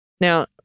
Now